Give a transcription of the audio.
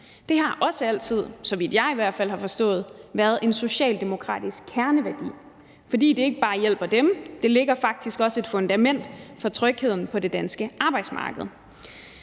Det har også altid – så vidt jeg i hvert fald har forstået det – været en socialdemokratisk kerneværdi, fordi det ikke bare hjælper dem, det drejer sig om, men faktisk også lægger et fundament for trygheden på det danske arbejdsmarked.